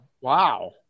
Wow